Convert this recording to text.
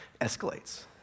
escalates